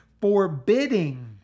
forbidding